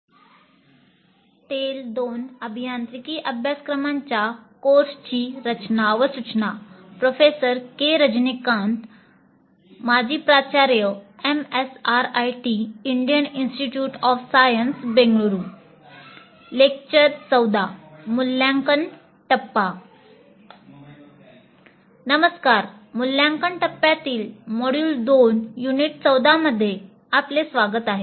नमस्कार मूल्यांकन टप्प्यातील मॉड्यूल 2 युनिट 14 मध्ये आपले स्वागत आहे